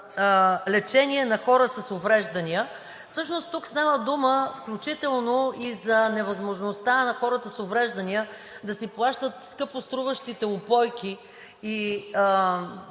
лечение на хора с увреждания. Всъщност тук става дума включително и за невъзможността на хората с увреждания да си плащат скъпо струващите упойки и